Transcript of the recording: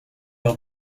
lors